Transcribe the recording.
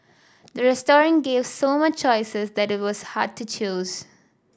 the restaurant gave so much choices that it was hard to choose